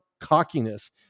cockiness